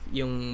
yung